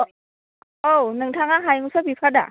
औ नोंथाङा हायुंसा बिफादा